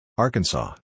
Arkansas